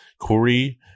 Corey